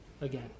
again